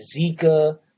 Zika